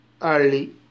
early